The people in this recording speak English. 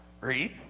Read